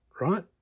right